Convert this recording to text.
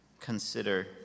Consider